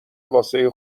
واسه